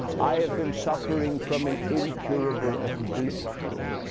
i have been suffering from an incurable affliction,